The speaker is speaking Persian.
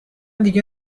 دیگه